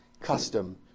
custom